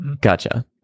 Gotcha